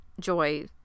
Joy